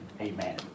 amen